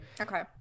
Okay